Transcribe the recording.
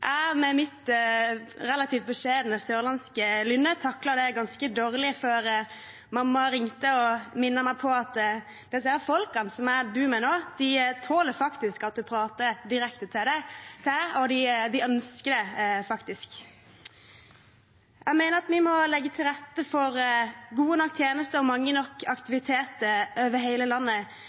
jeg, med mitt relativt beskjedne sørlandske lynne, taklet det ganske dårlig før mamma ringte og minnet meg på at disse folkene som jeg bodde med, tåler at en prater direkte til dem – de ønsker det, faktisk. Jeg mener at vi må legge til rette for gode nok tjenester og mange nok aktiviteter over hele landet,